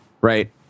right